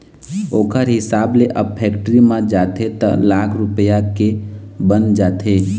ओखर हिसाब ले अब फेक्टरी म जाथे त लाख रूपया के बन जाथे